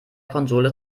konsole